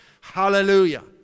Hallelujah